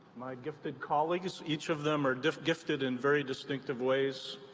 my gifted colleagues, each of them are gifted in very distinctive ways.